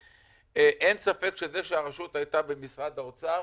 אין ספק שזה שהרשות הייתה במשרד האוצר,